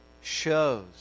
shows